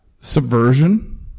subversion